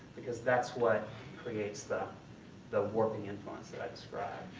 because that's what creates the the warping influence that i described.